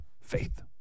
Faith